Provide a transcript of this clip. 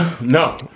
No